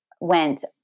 went